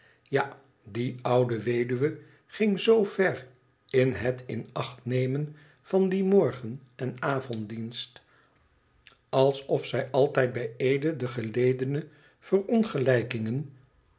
ja die oude weduwe ging zoo ver in het in acht nemen van dien morgen en avonddienst alsof zij altijd bij eede de geledene